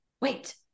wait